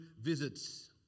visits